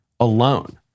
alone